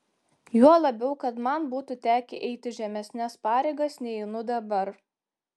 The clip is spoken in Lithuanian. juo labiau kad man būtų tekę eiti žemesnes pareigas nei einu dabar